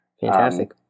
Fantastic